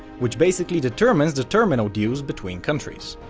which basically determines the terminal dues between countries.